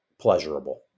pleasurable